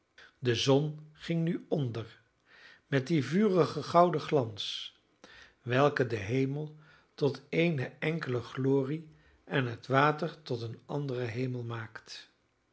de zon ging nu onder met dien vurigen gouden glans welke den hemel tot eene enkele glorie en het water tot een anderen hemel maakt